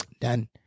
Done